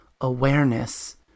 awareness